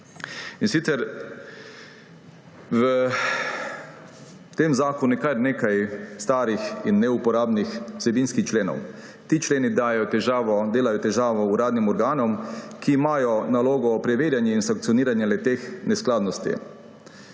kraju. V tem zakonu je kar nekaj starih in neuporabnih vsebinskih členov. Ti členi povzročajo težave uradnim organom, ki imajo nalogo preverjanja in sankcioniranja teh neskladnosti.